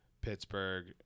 Pittsburgh